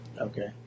Okay